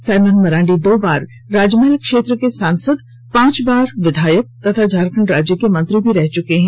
Simon Marandi दो बार राजमहल क्षेत्र के सांसद पांच बार विधायक तथा झारखण्ड राज्य के मंत्री भी रह चुके हैं